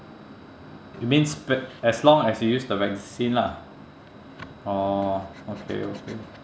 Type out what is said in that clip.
it means sp~ as long as you use the vaccine lah oh okay okay